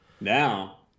now